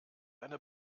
eine